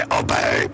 obey